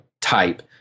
type